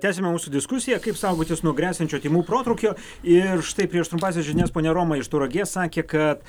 tęsiame mūsų diskusiją kaip saugotis nuo gresiančio tymų protrūkio ir štai prieš trumpąsias žinias ponia roma iš tauragės sakė kad